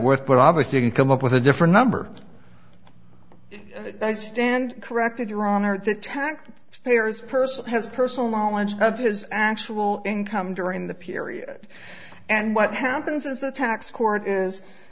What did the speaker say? worth but obviously you can come up with a different number i stand corrected your honor the tax payer's person has personal knowledge of his actual income during the period and what happens is the tax court is